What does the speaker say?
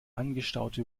angestaute